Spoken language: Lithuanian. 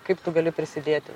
kaip tu gali prisidėti